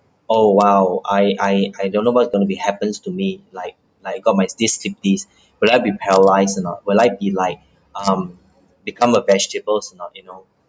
oh !wow! I I I don't know what gonna be happens to me like like I got my this slipped disc will I be paralyzed or not will I be like um become a vegetables or not you know